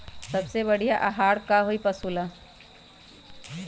सबसे बढ़िया आहार का होई पशु ला?